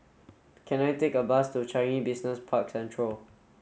can I take a bus to Changi Business Park Central